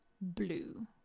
blue